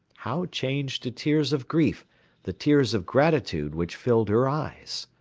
how change to tears of grief the tears of gratitude which filled her eyes?